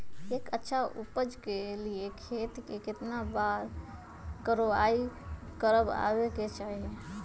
एक अच्छा उपज के लिए खेत के केतना बार कओराई करबआबे के चाहि?